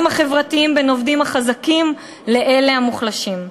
החברתיים בין העובדים החזקים לאלה המוחלשים.